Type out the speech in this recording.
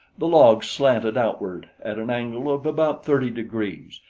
the logs slanted outward at an angle of about thirty degrees,